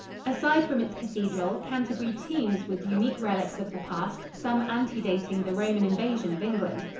aside from its cathedral, canterbury teems with unique relics of the past, some antedating the roman invasion of england.